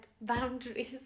boundaries